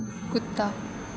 ਕੁੱਤਾ